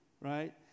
Right